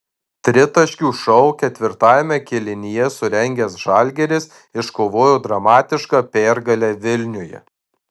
tritaškių šou ketvirtajame kėlinyje surengęs žalgiris iškovojo dramatišką pergalę vilniuje